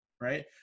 right